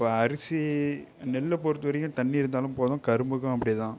இப்போ அரிசி நெல்லைப் பொறுத்தவரைக்கும் தண்ணி இருந்தாலும் போதும் கரும்புக்கும் அப்படிதான்